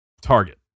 Target